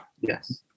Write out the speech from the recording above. Yes